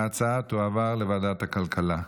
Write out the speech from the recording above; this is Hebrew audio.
ההצעה תועבר לוועדת הכלכלה.